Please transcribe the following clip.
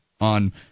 on